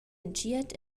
entschiet